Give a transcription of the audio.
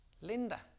Linda